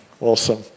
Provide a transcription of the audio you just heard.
awesome